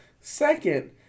Second